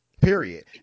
Period